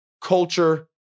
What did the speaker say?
culture